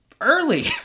early